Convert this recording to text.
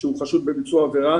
שהוא חשוד בביצוע עבירה.